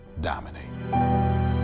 dominate